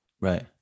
right